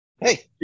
hey